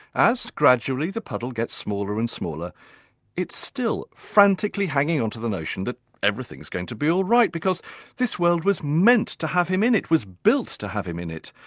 as gradually the puddle gets smaller and smaller it's still frantically hanging onto the notion that everything's going to be alright because this world was meant to have him in it, was built to have him in it.